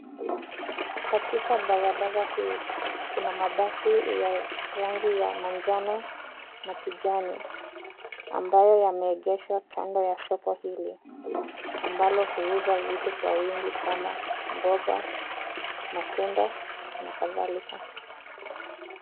Katika barabara hii, kuna mabasi ya rangi ya manjano na kijani ambayo yameegeshwa kando ya soko hili ambalo huuza vitu kwa wingi kama mboga, matunda na kadhalika.